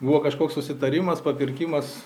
buvo kažkoks susitarimas papirkimas